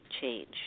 change